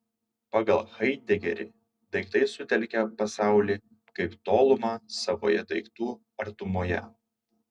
pagal haidegerį daiktai sutelkia pasaulį kaip tolumą savoje daiktų artumoje